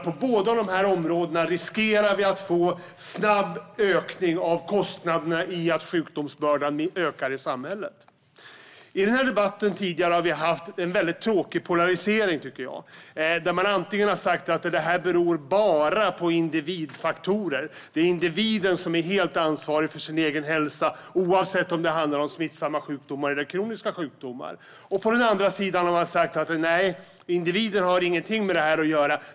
På båda de områdena riskerar vi att få en snabb ökning av kostnaderna av att sjukdomsbördan ökar i samhället. Vi har i debatten tidigare haft en väldigt tråkig polarisering. Man har sagt att det bara beror på individfaktorer. Det är individen som är helt ansvarig för sin egen hälsa oavsett om det handlar om smittsamma sjukdomar eller kroniska sjukdomar. På den andra sidan har man sagt att individen inte har någonting med detta att göra.